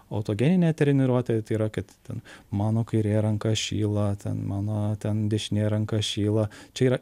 autogeninė treniruotė tai yra kad ten mano kairė ranka šyla ten mano ten dešinė ranka šyla čia yra